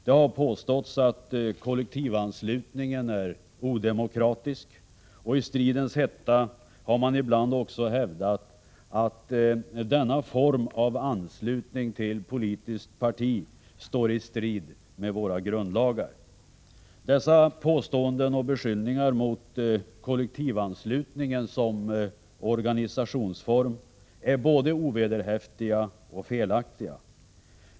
Det har påståtts att kollektivanslutningen är odemokratisk, och i kampens hetta har man ibland också hävdat att denna form av anslutning till politiskt parti står i strid med våra grundlagar. Dessa beskyllningar mot kollektivanslutningen som organisationsform är både ovederhäftiga och felaktiga.